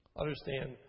Understand